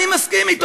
אני מסכים אתו,